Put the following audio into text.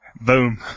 Boom